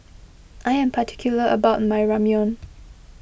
I am particular about my Ramyeon